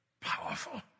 powerful